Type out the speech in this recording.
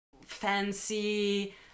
fancy